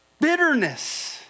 bitterness